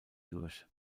durch